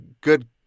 good